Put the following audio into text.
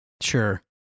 Sure